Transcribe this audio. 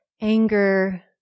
anger